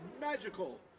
magical